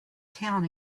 town